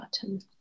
button